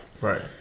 Right